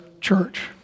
church